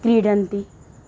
क्रीडन्ति